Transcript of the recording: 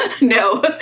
No